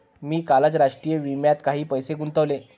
मी कालच राष्ट्रीय विम्यात काही पैसे गुंतवले